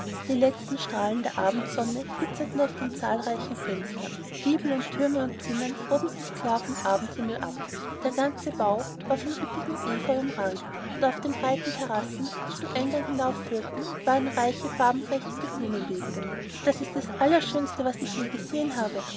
die letzten strahlen der abendsonne glitzerten auf den zahlreichen fenstern giebel und türme und zinnen hoben sich klar vom abendhimmel ab der ganze bau war von üppigem epheu umrankt und auf den breiten terrassen die zum eingang hinaufführten waren reiche farbenprächtige blumenbeete das ist das allerschönste was ich je gesehen habe